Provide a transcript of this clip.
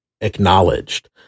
acknowledged